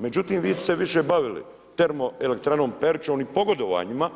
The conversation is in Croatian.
Međutim, vi ste se više bavili termoelektranom Peručom i pogodovanjima